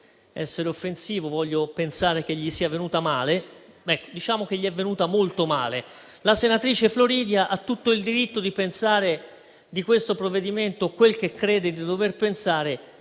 La senatrice Barbara Floridia ha tutto il diritto di pensare di questo provvedimento quel che crede di dover pensare,